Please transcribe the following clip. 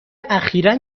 اخیرا